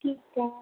ਠੀਕ ਹੈ